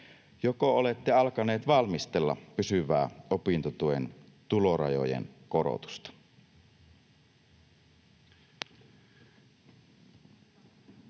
joko olette alkanut valmistella pysyvää opintotuen tulorajojen korotusta?